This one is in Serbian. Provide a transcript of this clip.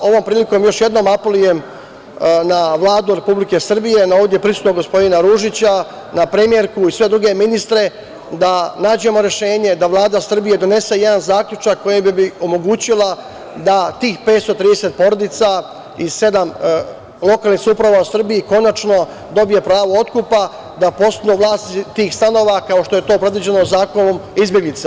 Ovom prilikom još jednom apelujem na Vladu Republike Srbije, na ovde prisutnog gospodina Ružića, na premijerku i sve druge ministre da nađemo rešenje da Vlada Srbije donese jedan zaključak kojim bi omogućila da tih 530 porodica iz sedam lokalnih samouprava u Srbiji konačno dobije pravo otkupa, da postanu vlasnici tih stanova, kao što je to predviđeno Zakonom o izbeglicama.